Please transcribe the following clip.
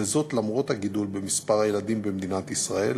וזאת למרות הגידול במספר הילדים במדינת ישראל,